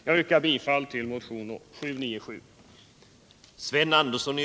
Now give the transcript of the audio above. Jag yrkar bifall till motionen 797.